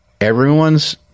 everyone's